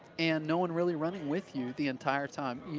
and no one really running with you the entire time.